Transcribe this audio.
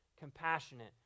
Compassionate